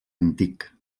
antic